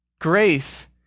grace